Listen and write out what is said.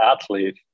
athlete